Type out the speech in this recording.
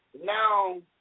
Now